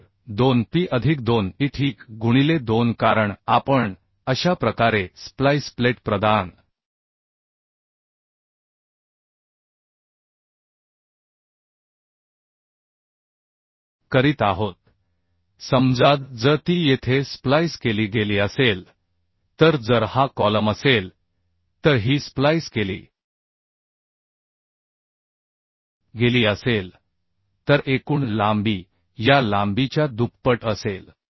तर 2 P अधिक 2 E ठीक गुणिले 2 कारण आपण अशा प्रकारे स्प्लाइस प्लेट प्रदान करीत आहोत समजा जर ती येथे स्प्लाइस केली गेली असेल तर जर हा कॉलम असेल तर ही स्प्लाइस केली गेली असेल तर एकूण लांबी या लांबीच्या दुप्पट असेल